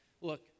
look